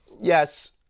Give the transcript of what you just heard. yes